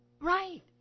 right